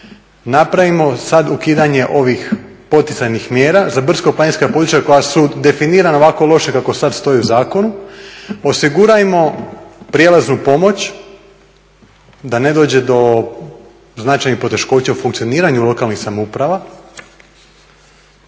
napravimo sad ukidanje ovih poticajnih mjera za brdsko-planinska područja koja su definirana ovako loše kako sad stoje u zakonu, osigurajmo prijelaznu pomoć da ne dođe do značajnih poteškoća u funkcioniranju lokalnih samouprava.